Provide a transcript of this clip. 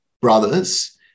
brothers